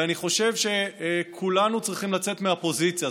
אני חושב שכולנו צריכים לצאת מהפוזיציה.